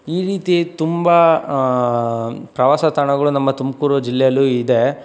ಈ ರೀತಿ ತುಂಬ ಪ್ರವಾಸ ತಾಣಗಳು ನಮ್ಮ ತುಮಕೂರು ಜಿಲ್ಲೆಯಲ್ಲೂ ಇದೆ